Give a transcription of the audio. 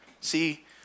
See